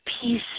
peace